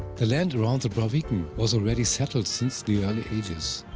the land around the braviken was already settled since the early ages.